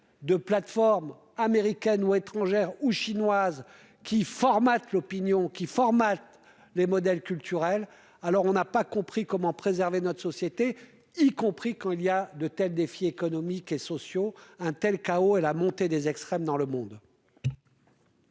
de plateforme américaines ou étrangères ou chinoises qui formate l'opinion qui formatent les modèles culturels, alors on n'a pas compris comment préserver notre société y compris quand il y a de tels défis économiques et sociaux, un tel KO à la montée des extrêmes dans le monde.